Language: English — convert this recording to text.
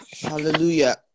Hallelujah